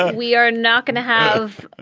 we are not going to have,